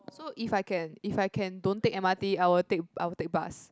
so if I can if I can don't take m_r_t I would take I would take bus